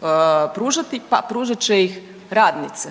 Pa pružat će ih radnice,